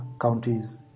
counties